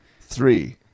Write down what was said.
Three